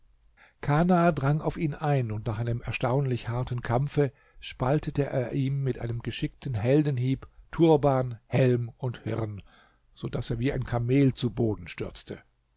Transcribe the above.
kana drang auf ihn ein und nach einem erstaunlich harten kampfe spaltete er ihm mit einem geschickten heldenhieb turban helm und hirn so daß er wie ein kamel zu boden stürzte